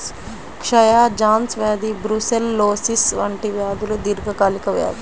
క్షయ, జాన్స్ వ్యాధి బ్రూసెల్లోసిస్ వంటి వ్యాధులు దీర్ఘకాలిక వ్యాధులు